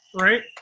right